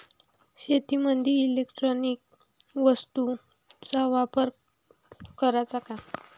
शेतीमंदी इलेक्ट्रॉनिक वस्तूचा वापर कराचा का?